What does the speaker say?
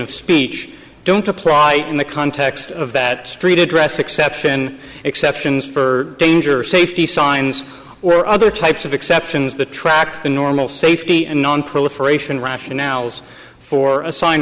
of speech don't apply in the context of that street address exception exceptions for danger safety signs or other types of exceptions the track the normal safety and nonproliferation rationales for assign